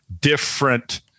different